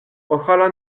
ojalá